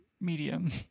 medium